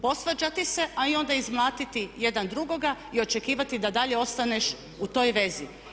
Posvađati se a onda i izmlatiti jedan drugoga i očekivati da dalje ostaneš u toj vezi.